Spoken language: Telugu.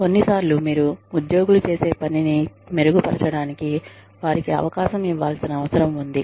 కొన్నిసార్లు మీరు ఉద్యోగులు చేసే పనిని మెరుగుపరచడానికి వారికి అవకాశం ఇవ్వాల్సిన అవసరం ఉంది